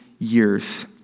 Years